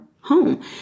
home